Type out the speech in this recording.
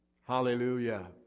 hallelujah